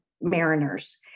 mariners